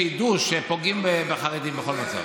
שידעו שפוגעים בחרדים בכל מצב.